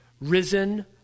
risen